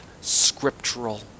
scriptural